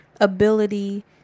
ability